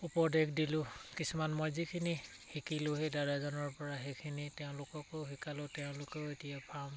উপদেশ দিলোঁ কিছুমান মই যিখিনি শিকিলোঁ সেই দাদাজনৰ পৰা সেইখিনি তেওঁলোককো শিকালোঁ তেওঁলোকেও এতিয়া ফাৰ্ম